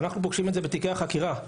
אנחנו פוגשים את זה בתיקי החקירה.